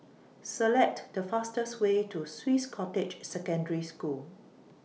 Select The fastest Way to Swiss Cottage Secondary School